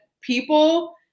people